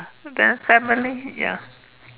then family ya